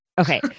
Okay